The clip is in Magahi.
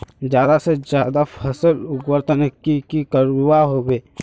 ज्यादा से ज्यादा फसल उगवार तने की की करबय होबे?